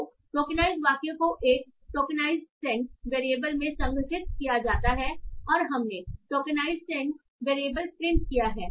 तो टोकेनाइज वाक्य को एक टोकेनाइजसेट वेरिएबल में संग्रहीत किया जाता है और हमने टोकेनाइजसेट वेरिएबल प्रिंट किया है